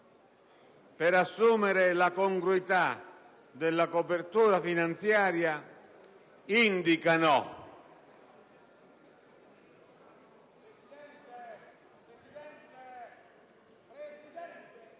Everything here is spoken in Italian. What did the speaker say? per assumere la congruità della copertura finanziaria indicano... RUSSO *(IdV)*. Presidente, Presidente,